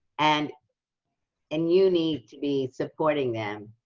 and and you need to be supporting them,